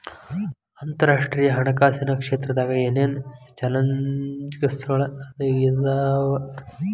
ಅಂತರರಾಷ್ಟ್ರೇಯ ಹಣಕಾಸಿನ್ ಕ್ಷೇತ್ರದಾಗ ಏನೇನ್ ಚಾಲೆಂಜಸ್ಗಳ ಇರ್ತಾವ